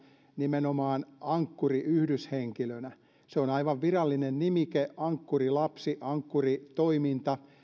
nimenomaan ankkuriyhdyshenkilönä se on aivan virallinen nimike ankkurilapsi ankkuri toiminta